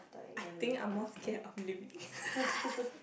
I think I'm more scared of living